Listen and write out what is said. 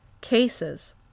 cases